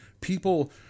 people